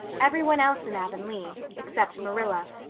everyone else in avonlea, except marilla,